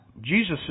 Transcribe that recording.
Jesus